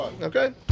okay